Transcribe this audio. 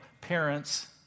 Parents